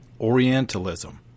Orientalism